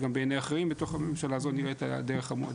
גם בעיניי אחרים בממשלה נראית הדרך המועדפת.